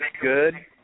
good